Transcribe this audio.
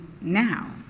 now